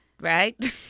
Right